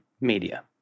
media